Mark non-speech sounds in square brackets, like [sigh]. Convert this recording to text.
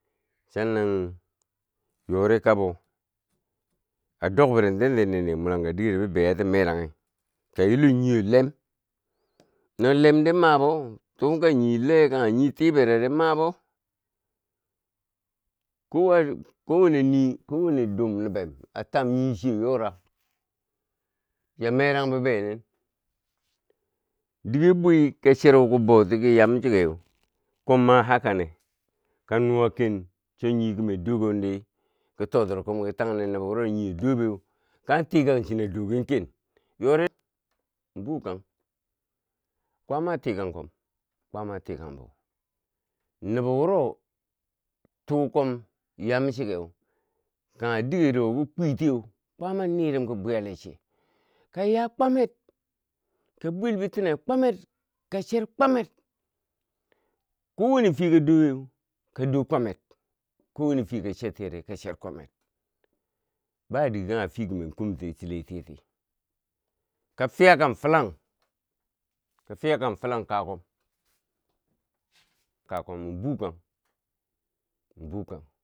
Chan nan yori kabe a dog benententi mulangka digero bibiyo ata meraghi ka yi lo nyiyo lem no lemdi mabo tuka nyi le kangha nyi tibereri mabo ko wane nii ko wane dum nobem a tam nyi chiyo yorak, chiya meran bi biyonin dige bwe ka cheru kobouti ko yam chikeu, komma hakane kan nuwa ken, cho nyi kume dogendi ko to tiri kon ki tanni nobo nuro nyo do ben kan tikan chi na dogen ken yori [noise] min bu kang, kwaama a tikan kom kwaama a tikan bo nubo wuro tukom yam chikeu, kaghe digero wo kom kwitiyeu, kwaama a nirum ki bwiya le che ka ya kwamer! ka bwel bitine kwamer! ka cher kwamer kowanne fiye ka do weu ka dow kwa mer, kowanne fiya ka chertiyeri ka cher kwamer, ba dike kanghe a fikumen kumta chile ti yeti ka fiya kan filang, ka fiya ka filan kakom, min bukang, min bukang.